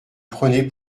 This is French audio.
prenez